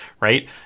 right